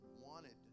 wanted